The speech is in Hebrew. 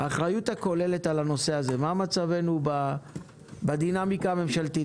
האחריות הכוללת על הנושא הזה מה מצבנו בדינמיקה הממשלתית?